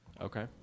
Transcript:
Okay